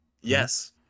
Yes